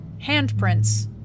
Handprints